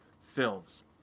films